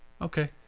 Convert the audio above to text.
okay